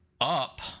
up